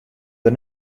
der